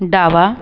डावा